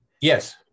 yes